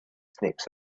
snakes